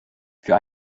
für